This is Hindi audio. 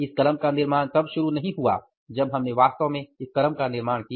इस कलम का निर्माण तब शुरू नहीं हुआ जब हमने वास्तव में इस कलम का निर्माण किया